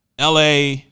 LA